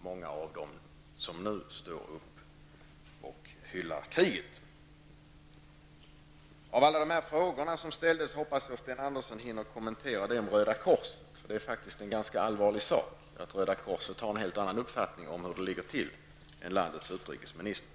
många av dem som nu står upp och hyllar kriget. Av alla de frågor som ställdes hoppas jag att Sten Andersson hinner kommentera den om Röda korset, för det är faktiskt en ganska allvarlig sak att Röda korset har en helt annan uppfattning om hur det ligger till än landets utrikesminister.